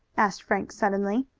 asked frank suddenly.